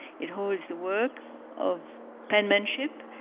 it holds the work of penmanship,